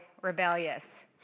rebellious